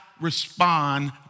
respond